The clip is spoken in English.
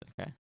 Okay